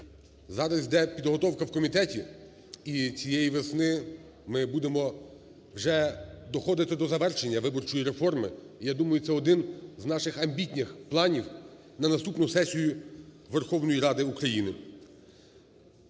Зараз іде підготовка в комітеті і цієї весни ми будемо вже доходити до завершення виборчої реформи. Я думаю, це один з наших амбітних планів на наступну сесію Верховної Ради України.